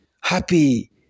Happy